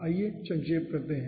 आइए संक्षेप करते हैं